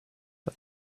but